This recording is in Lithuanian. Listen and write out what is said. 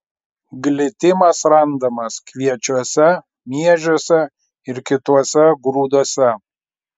glitimas randamas kviečiuose miežiuose ir kituose grūduose